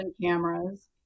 Cameras